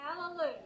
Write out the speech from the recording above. Hallelujah